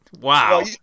wow